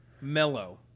mellow